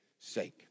sake